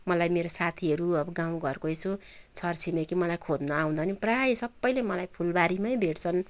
मलाई मेरो साथीहरू अब गाउँ घरको यसो छर छिमेकी मलाई खोज्न आउँदा नि प्राय सबैले मलाई फुलबारीमै भेट्छन्